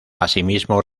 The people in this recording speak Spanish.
asimismo